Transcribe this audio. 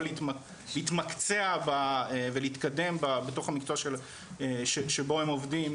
או להתמקצע ולהתקדם בתוך המקצוע שבו הם עובדים,